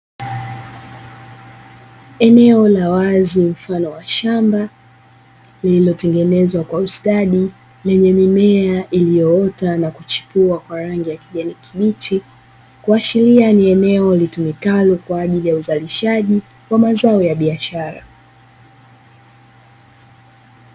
Eneo la wazi mfano wa shamba lililotengenezwa kwa ustadi lenye mimea iliyoota na kuchipua kwa rangi ya kijani kibichi, kuashiria ni eneo litumikalo kwa ajili ya uzalishaji wa mazao ya biashara.